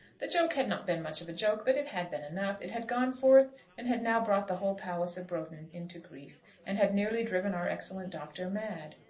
the joke had not been much of a joke, but it had been enough. it had gone forth, and had now brought the whole palace of broughton into grief, and had nearly driven our excellent doctor mad!